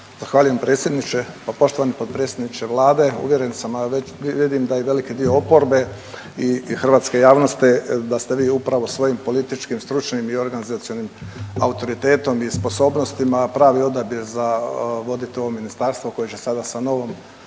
Zahvaljujem predsjedniče. Poštovani potpredsjedniče Vlade, uvjeren sam, a vidim da i veliki dio oporbe i hrvatske javnosti, da ste vi upravo svojim političkim, stručnim i organizacionim autoritetom i sposobnostima pravi odabir za voditi ovo Ministarstvo koje će sada sa novom